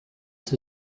sie